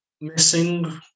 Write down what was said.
missing